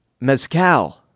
Mezcal